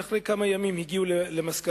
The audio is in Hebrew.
ואחרי כמה ימים הגיעו למסקנה,